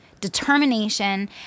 determination